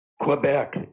Quebec